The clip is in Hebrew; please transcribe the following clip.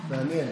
מעניין.